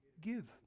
Give